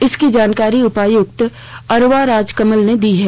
इसकी जानकारी उपायुक्त अरवा राजकमल ने दी है